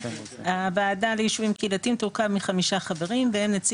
הוועדה ליישובים קהילתיים תורכב מחמישה חברים בהם נציג